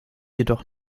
jedoch